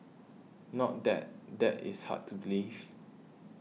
not that that is hard to believe